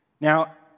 Now